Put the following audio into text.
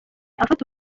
afata